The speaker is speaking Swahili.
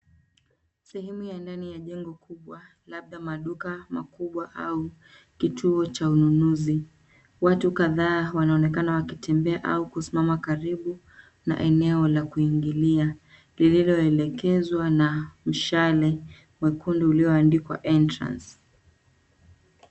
Sehemu ya ndani ya jengo kubwa labda maduka makubwa au kituo cha ununuzi. Watu kadhaa wanaoonekana wakitembea au kusimama karibu na eneo la kuingilia lililoelekezwa na mshale mwekundu ulioandikwa entrance .